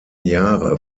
jahre